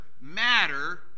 matter